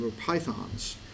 pythons